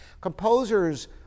composers